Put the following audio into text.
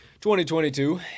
2022